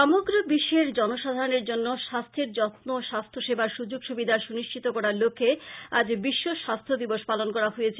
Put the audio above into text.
সমগ্র বিশ্বের জনসাধারনের জন্য স্বাস্থ্যের যত্ন ও স্বাস্থ্য সেবার সুযোগ সুবিধা সুনিশ্চিত করার লক্ষ্যে আজ বিশ্ব স্বাস্থ্য দিবস পালন করা হয়েছে